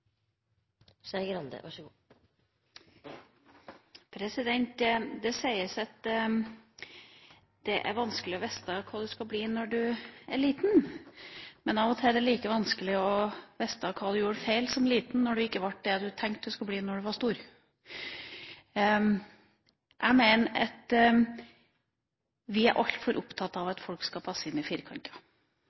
er det like vanskelig å vite hva du gjorde feil som liten, når du ikke ble det du tenkte du skulle bli når du ble stor. Jeg mener at vi er altfor opptatt av at folk skal passe inn i firkanter.